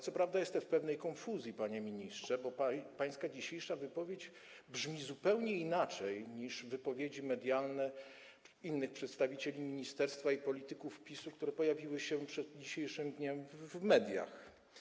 Co prawda jestem nieco skonfundowany, panie ministrze, bo pańska dzisiejsza wypowiedź brzmi zupełnie inaczej niż wypowiedzi medialne innych przedstawicieli ministerstwa i polityków PiS-u, które pojawiły się przed dzisiejszym dniem w mediach.